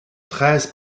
treize